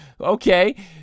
okay